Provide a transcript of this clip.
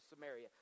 Samaria